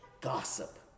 gossip